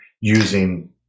using